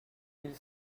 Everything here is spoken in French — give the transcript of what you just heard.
mille